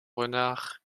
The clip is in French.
renards